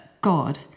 God